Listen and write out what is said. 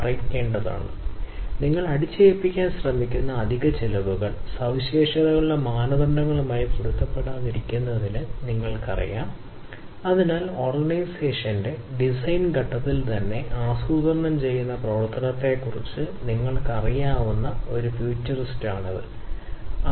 അതുകൊണ്ട് അവൻ ഉൽപ്പന്നം അല്ലെങ്കിൽ ഒരു പ്രക്രിയ രൂപകൽപ്പന ചെയ്യുന്ന പ്രക്രിയയെ മൂന്നായി കാണണമെന്ന് പോസ്റ്റുലേറ്റ് ചെയ്യുന്നു ഘട്ടം ഒന്ന് സിസ്റ്റം തലത്തിലുള്ള രൂപകൽപ്പനയാണ് തുടർന്ന് പാരാമീറ്റർ ഡിസൈൻ ലെവലിന്റെ രൂപകൽപ്പന അല്ലെങ്കിൽ പാരാമീറ്ററുകൾ ലെവലിന്റെ രൂപകൽപ്പനയും ഒടുവിൽ രൂപകൽപ്പനയും സഹിഷ്ണുത ആയിരിക്കേണ്ട പാരാമീറ്ററുകൾ